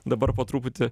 dabar po truputį